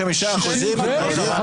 כמה?